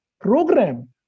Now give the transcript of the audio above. program